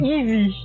Easy